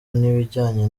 n’ibijyanye